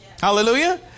Hallelujah